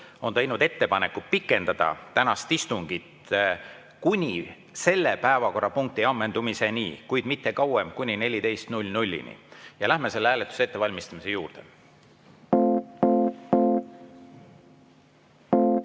on teinud ettepaneku pikendada tänast istungit kuni selle päevakorrapunkti ammendumiseni, kuid mitte kauem kui kella 14-ni. Ja läheme selle hääletuse ettevalmistamise juurde. Head